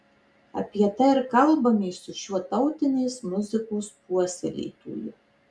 apie tai ir kalbamės su šiuo tautinės muzikos puoselėtoju